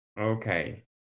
Okay